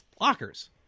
lockers